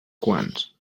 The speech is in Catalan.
quants